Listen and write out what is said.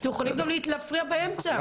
אתם יכולים גם להפריע באמצע,